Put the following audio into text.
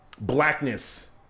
blackness